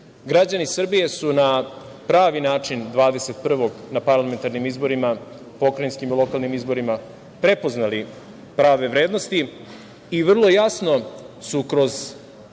Građani Srbije su na pravi način 21. na parlamentarnim izborima, pokrajinskim i lokalnim izborima, prepoznali prave vrednosti i vrlo jasno su,